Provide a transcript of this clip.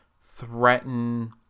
threaten